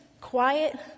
quiet